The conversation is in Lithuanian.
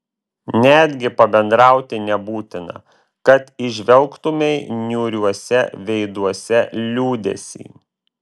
netgi pabendrauti nebūtina kad įžvelgtumei niūriuose veiduose liūdesį